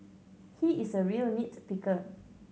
he is a real nit picker